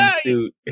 suit